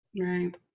Right